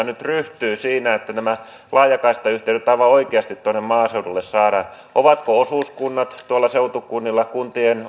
nyt ryhtyy siinä että nämä laajakaistayh teydet aivan oikeasti tuonne maaseudulle saadaan ovatko osuuskunnat tuolla seutukunnilla kuntien